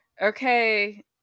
okay